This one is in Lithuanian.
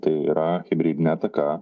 tai yra hibridinė ataka